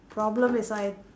problem is I